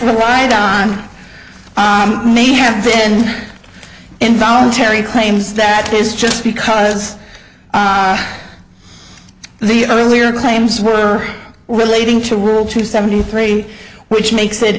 were right on may have been involuntary claims that is just because the only or claims were relating to rule two seventy three which makes it